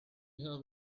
have